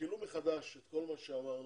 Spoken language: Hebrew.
תשקלו מחדש את כל מה שאמרנו